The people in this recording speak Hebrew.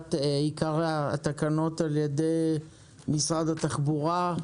בהצגת עיקרי התקנות על ידי משרד התחבורה,